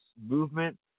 movement